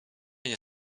nie